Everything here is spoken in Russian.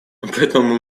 поэтому